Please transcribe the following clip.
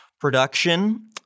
production